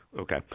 Okay